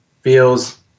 feels